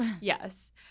Yes